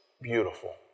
beautiful